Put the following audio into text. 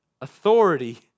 authority